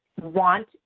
Want